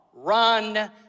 Run